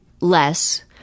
less